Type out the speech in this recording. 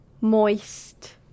moist